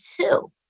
two